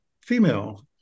female